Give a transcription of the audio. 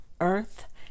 Earth